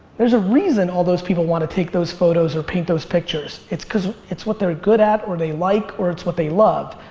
there's a reason all those people wanna take those photos or paint those pictures. it's cause it's what they're good at or they like or it's what they love.